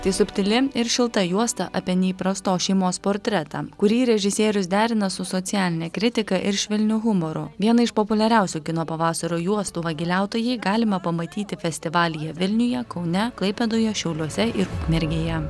tai subtili ir šilta juosta apie neįprastos šeimos portretą kurį režisierius derina su socialine kritika ir švelniu humoru vieną iš populiariausių kino pavasario juostų vagiliautojai galima pamatyti festivalyje vilniuje kaune klaipėdoje šiauliuose ir ukmergėje